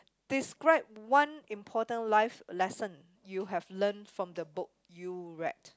describe one important life lesson you have learnt from the book you read